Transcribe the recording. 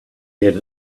get